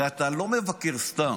הרי אתה לא מבקר סתם,